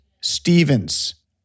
Stevens